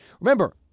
Remember